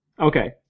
Okay